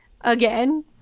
again